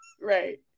Right